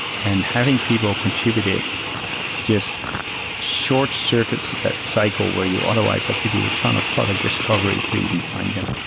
and having people contributed just short-circuits of that cycle where you otherwise have to do a ton of product discovery to even find them.